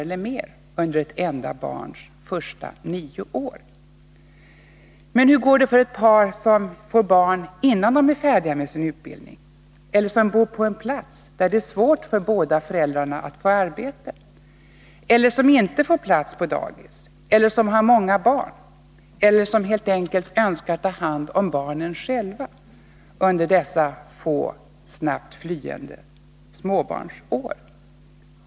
eller mer under ett enda barns första nio år. Men hur går det för ett par som får barn innan de är färdiga med sin utbildning, eller som bor på en plats där det är svårt för båda att få arbete, eller som inte fått plats på dagis, eller som har många barn eller som helt enkelt önskar ta hand om barnen själva under dessa få och snabbt flyende småbarnsår?